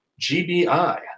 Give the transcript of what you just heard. GBI